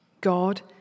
God